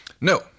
No